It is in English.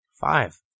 Five